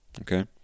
Okay